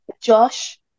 Josh